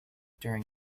during